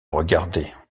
regardait